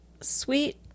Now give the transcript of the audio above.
Sweet